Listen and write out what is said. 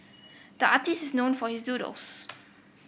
the artist is known for his doodles